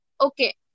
okay